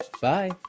Bye